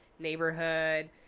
neighborhood